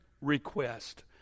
request